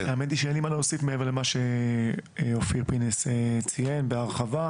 האמת היא שאין לי מה להוסיף מעבר למה שאופיר פינס ציין בהרחבה.